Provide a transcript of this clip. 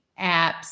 apps